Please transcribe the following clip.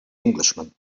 englishman